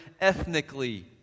ethnically